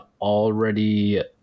already